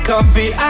Coffee